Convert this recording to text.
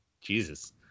Jesus